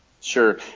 Sure